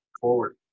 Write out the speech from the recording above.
forward